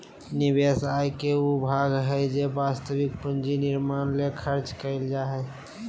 निवेश आय के उ भाग हइ जे वास्तविक पूंजी निर्माण ले खर्च कइल जा हइ